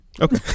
Okay